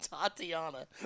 Tatiana